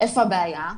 איפה הבעיה?